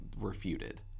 refuted